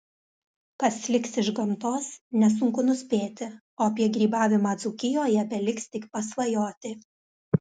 kas liks iš gamtos nesunku nuspėti o apie grybavimą dzūkijoje beliks tik pasvajoti